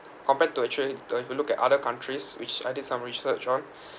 compared to actually uh if you look at other countries which I did some research on